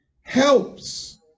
helps